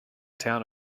town